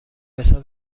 پسر